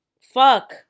Fuck